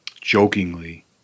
jokingly